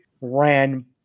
ran